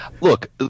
Look